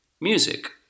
music